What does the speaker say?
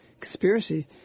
conspiracy